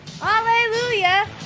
hallelujah